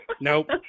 nope